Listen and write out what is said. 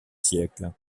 siècles